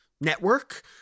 network